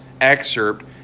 excerpt